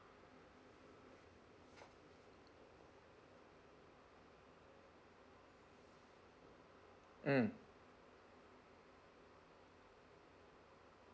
mm